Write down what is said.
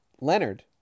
Leonard